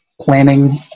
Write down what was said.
planning